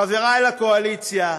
חברי בקואליציה,